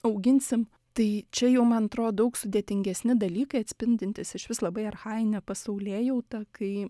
auginsim tai čia jau man atro daug sudėtingesni dalykai atspindintys išvis labai archajinę pasaulėjautą kai